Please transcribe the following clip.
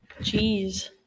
Jeez